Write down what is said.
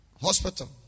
hospital